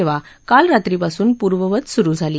सेवा काल रात्रीपासून पूर्ववत सुरु झाली